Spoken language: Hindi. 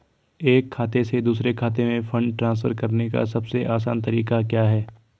एक खाते से दूसरे खाते में फंड ट्रांसफर करने का सबसे आसान तरीका क्या है?